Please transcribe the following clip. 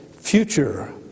future